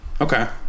okay